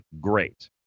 Great